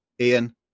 Ian